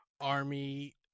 army